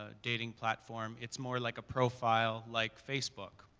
ah dating platform, it's more like a profile like facebook,